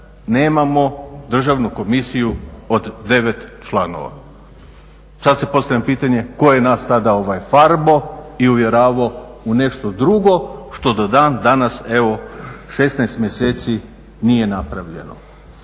nemamo Državnu komisiju od 9 članova. Sad si postavljam pitanje tko je nas tada farbao i uvjeravao u nešto drugo što do dan danas evo 16 mjeseci nije napravljeno.